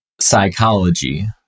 psychology